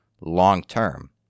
long-term